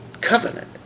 covenant